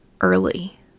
early